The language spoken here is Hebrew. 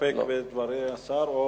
להסתפק בדברי השר?